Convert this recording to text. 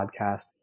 Podcast